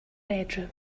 bedroom